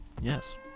Yes